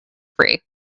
free